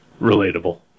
relatable